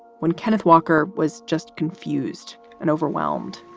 when kenneth walker was just confused and overwhelmed